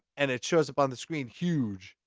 and it shows up on the screen, huge.